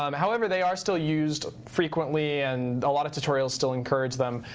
um however, they are still used frequently and a lot of tutorials still encourage them.